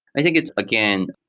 i think it's, again,